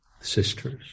sisters